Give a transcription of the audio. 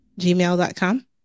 gmail.com